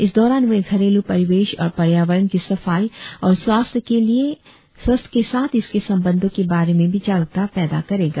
इस दौरान वे घरेलू परिवेश और पर्यावरण की सफाई और स्वास्थ्य के साथ इसके संबंधों के बारे में भी जागरुकता पैदा करेगा